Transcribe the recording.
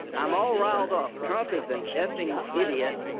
i'm all riled up. trump is an fing idiot,